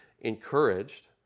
encouraged